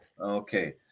Okay